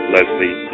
Leslie